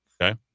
Okay